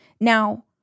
Now